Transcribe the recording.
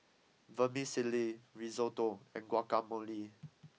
Vermicelli Risotto and Guacamole